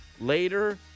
later